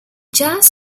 jazz